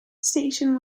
station